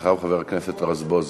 אחריו, חבר הכנסת רזבוזוב.